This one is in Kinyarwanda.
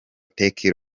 take